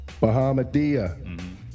Bahamadia